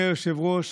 אדוני היושב-ראש,